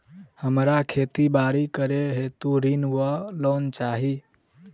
हमरा खेती बाड़ी करै हेतु ऋण वा लोन चाहि?